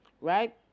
right